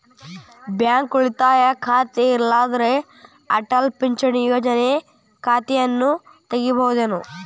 Bank ಉಳಿತಾಯ ಖಾತೆ ಇರ್ಲಾರ್ದ ಅಟಲ್ ಪಿಂಚಣಿ ಯೋಜನೆ ಖಾತೆಯನ್ನು ತೆಗಿಬಹುದೇನು?